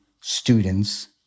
students